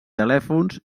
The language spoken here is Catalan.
telèfons